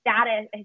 status